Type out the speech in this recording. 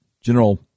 general